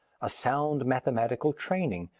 a sound mathematical training,